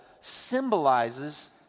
symbolizes